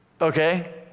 okay